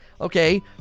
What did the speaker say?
Okay